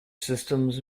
systems